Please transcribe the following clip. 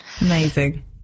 Amazing